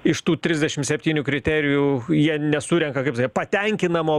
iš tų trisdešim septynių kriterijų jie nesurenka patenkinamo